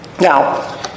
Now